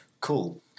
cool